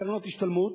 קרנות השתלמות.